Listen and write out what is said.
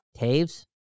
Taves